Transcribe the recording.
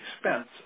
expense